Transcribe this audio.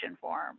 form